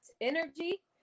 energy